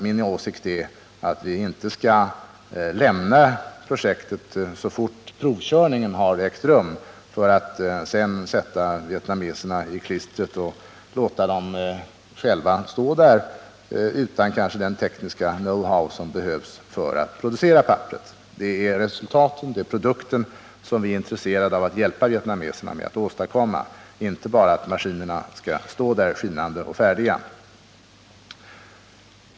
Min åsikt är att vi inte skall lämna projektet så fort provkörningen har ägt rum, och därmed sätta vietnameserna i klistret och låta dem stå där, kanske utan den tekniska knowhow som behövs för att producera papperet. Det är produkten som vi är intresserade av att hjälpa vietnameserna att åstadkomma — inte bara att maskinerna skall stå där skinande och färdiga.